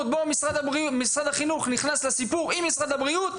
שמשרד החינוך נכנס לסיפור עם משרד הבריאות,